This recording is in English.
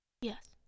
Yes